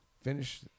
finish